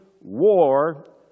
war